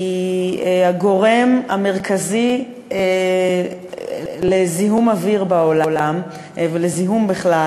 היא הגורם המרכזי לזיהום אוויר בעולם ולזיהום בכלל.